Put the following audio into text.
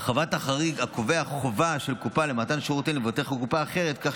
הרחבת החריג הקובע חובה של קופה למתן שירותים למבוטחי קופה אחרת כך